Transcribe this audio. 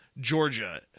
Georgia